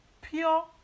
pure